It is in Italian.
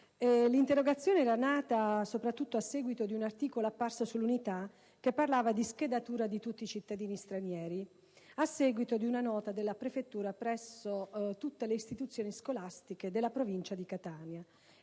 L'interrogazione era nata soprattutto a seguito di un articolo apparso su «l'Unità», che parlava di schedatura di tutti i cittadini stranieri, a seguito di una nota della prefettura presso tutte le istituzioni scolastiche della Provincia di Catania.